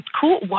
cool